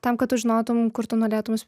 tam kad tu žinotum kur tu norėtum